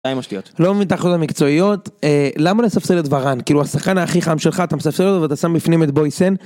די עם השטויות. לא מבין את ההחלטות המקצועיות. למה לספסל את וראן? כאילו, הוא השחקן הכי חם שלך, אתה מספסל אותו ואתה שם בפנים את בויסן.